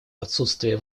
отсутствие